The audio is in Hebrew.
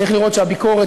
צריך לראות שהביקורת,